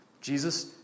Jesus